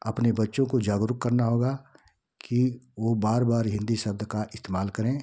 अपने बच्चों को जागरूक करना होगा कि वो बार बार हिन्दी शब्द का इस्तेमाल करें